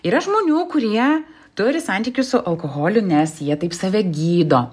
yra žmonių kurie turi santykius su alkoholiu nes jie taip save gydo